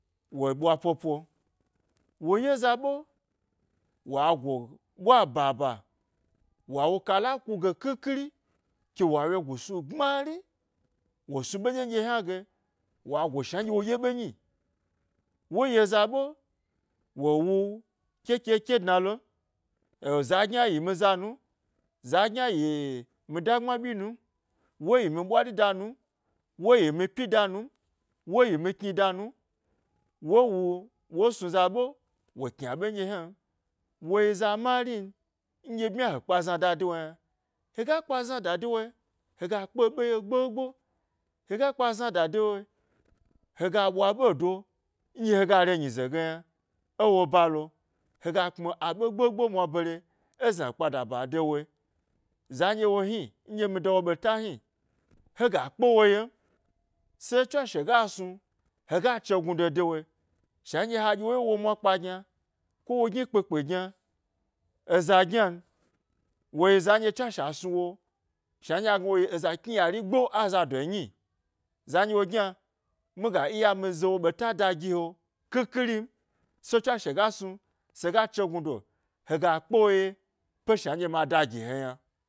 Wo ɓwa popo wo ye za ɓe wa go ɓwa ba, ba wawo kala kuge khi khi ri kewa wyegu snu gbmari wo snu ɓe ɗyen ɗye yna ge, wa go shna nɗye woɗye ɓe nyi wo ye zaɓe wo wu kė kė kė dna lom ė za gyna yimi za num, za gyna yi mi da gbma ɓyi num, woyi mi ɓwari da num, wo yi mi pyi da num, wo yi kni da num wo wu, wo snu za'ɓewo kni aɓe nɗye ynan, woyi eza mari n nɗye bmya he kpe zna da de wo yna, heya kpa znada de woe, hega kpe ɓe ye gbo gbo, hega kpa znada de woe he ga ɓwa ɓedo nɗye hega ke nyize ge yna. Ewo ba lo hega kpmi aɓe gbogbo mwa mwa bare ė zna kpada ba de woe zan ɗye hni, nɗye mi da wo ɓeta hni, hega kpe wo yen se tswashe ga snu hega chegnudo de woe shnan ɗye ha ɗye wo ye wo mwa gyna ko wo gni kpi kpi gyna eza gynan, wo za nɗye tswashe a snu woshna nɗye wo yi eza kni yari gbo, e azado nyi zan ɗye wo gyna, miga iya mi zo wo ɓe ta da gi wo, khikhirin se tswashe ga snu sega chegnudo hega kpe wo ye, pe shna nɗye ma da gi he yna.